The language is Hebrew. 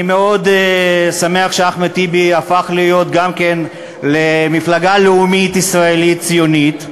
אני מאוד שמח שאחמד טיבי הפך להיות גם כן מפלגה לאומית ישראלית ציונית,